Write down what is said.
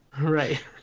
right